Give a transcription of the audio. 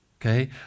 Okay